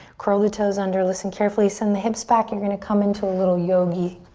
curl the toes under. listen carefully, send the hips back, you're gonna come into a little yogi,